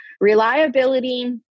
Reliability